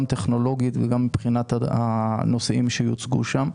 גם טכנולוגית וגם מבחינת הנושאים שיוצגו שם.